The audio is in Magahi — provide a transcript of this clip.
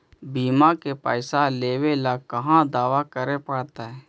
बिमा के पैसा लेबे ल कहा दावा करे पड़तै?